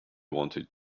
wanted